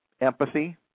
empathy